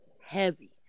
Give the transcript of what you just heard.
heavy